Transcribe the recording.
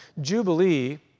Jubilee